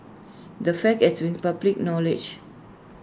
the fact has been public knowledge